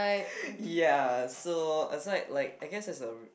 ya so it's like like I guess is a